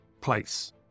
place